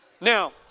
Now